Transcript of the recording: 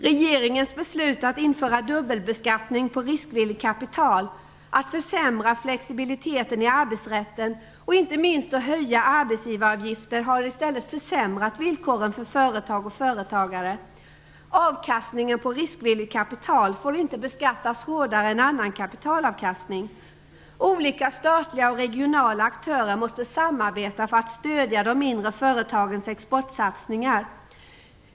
Regeringens beslut att införa dubbelbeskattning på riskvilligt kapital, att försämra flexibiliteten i arbetsrätten och inte minst att höja arbetsgivaravgiften har i stället försämrat villkoren för företag och företagare. Avkastningen på riskvilligt kapital får inte beskattas hårdare än annan kapitalavkastning. Olika statliga och regionala aktörer måste samarbeta för att stödja de mindre företagens exportsatsningar.